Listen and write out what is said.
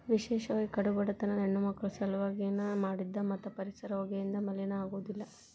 ವಿಶೇಷವಾಗಿ ಕಡು ಬಡತನದ ಹೆಣ್ಣಮಕ್ಕಳ ಸಲವಾಗಿ ನ ಮಾಡಿದ್ದ ಮತ್ತ ಪರಿಸರ ಹೊಗೆಯಿಂದ ಮಲಿನ ಆಗುದಿಲ್ಲ